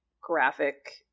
graphic